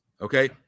okay